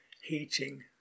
heating